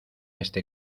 este